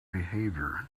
behavior